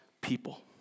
people